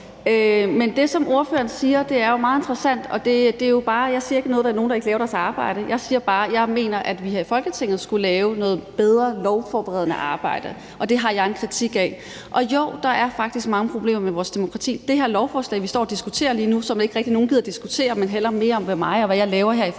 tid. Det, som ordføreren siger, er jo meget interessant. Men jeg siger ikke, at der er nogen, der ikke laver deres arbejde; jeg siger bare, at jeg mener, at vi her i Folketinget skulle lave noget bedre lovforberedende arbejde, og det har jeg en kritik af. Og jo, der er faktisk mange problemer med vores demokrati. Det lovforslag, vi står og diskuterer lige nu, er der ikke rigtig nogen der gider at diskutere, men man vil hellere diskutere mig, og hvad jeg laver her i Folketinget.